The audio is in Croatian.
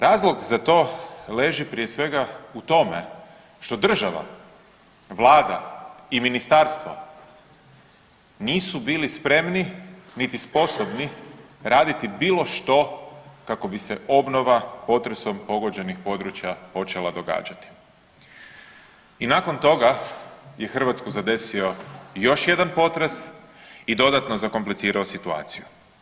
Razlog za to leži prije svega u tome što država vlada i ministarstvo nisu bili spremni niti sposobni raditi bilo što kako bi se obnova potresom pogođenih područja počela događati i nakon toga je Hrvatsku zadesio još jedan potres i dodatno zakomplicirao situaciju.